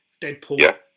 Deadpool